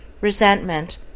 resentment